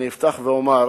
אני אפתח ואומר